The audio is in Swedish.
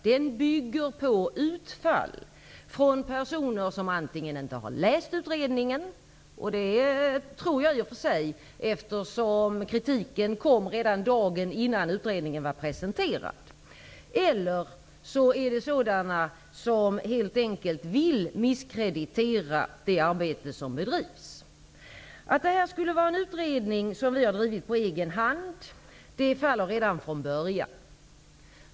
Den bygger på utfall från personer som antingen inte har läst utredningen, eftersom kritiken framfördes redan dagen innan utredningen presenterades, eller från personer som helt enkelt vill misskreditera det arbete som bedrivs. Påståendet att det här skulle vara en utredning som vi har drivit på egen hand faller redan från början.